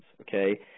okay